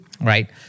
right